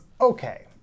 okay